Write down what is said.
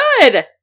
Good